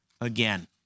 again